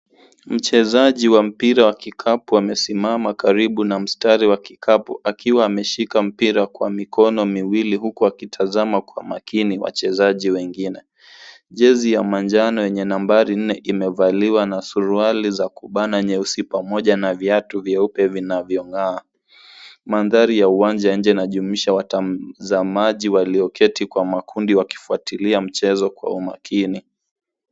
Mchezaji wa mpira wa kikapu amesimama karibu na mstari wa kikapu akiwa ameshika mpira kwa mikono miwili huku akitazama kwa makini wachazaji wengine. Jezi ya manjano yenye nambari nne imevaliwa na suruali za kubana nyeusi pamoja na viatu vyeupe vinavyong'aa. Mandhari ya uwanja nje inajumuisha watazamaji walioketi kwa makundi wakifuatilia mchezo kwa umakini.